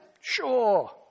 Sure